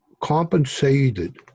compensated